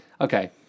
Okay